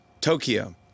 Tokyo